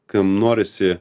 kam norisi